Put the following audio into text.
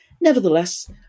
nevertheless